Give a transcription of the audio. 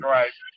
right